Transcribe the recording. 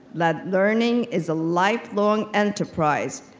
that learning is a lifelong enterprise,